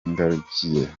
ngarukiye